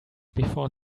before